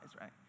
right